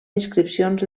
inscripcions